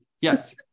Yes